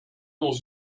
dans